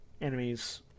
enemies